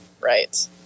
right